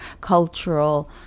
cultural